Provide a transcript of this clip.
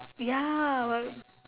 ya